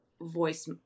voice